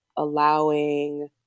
allowing